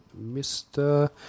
Mr